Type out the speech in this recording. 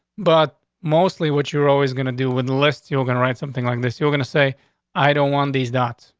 but mostly what you're always going to do with list. you're gonna write something like this. you're gonna say i don't want these dots.